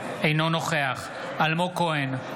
אינו נוכח אלמוג כהן,